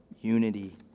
unity